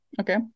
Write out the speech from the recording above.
Okay